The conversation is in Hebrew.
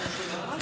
רבה.